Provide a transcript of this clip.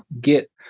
get